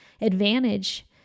advantage